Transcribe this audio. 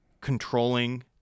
controlling